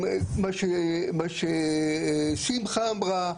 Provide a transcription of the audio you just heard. מה ששמחה אמרה,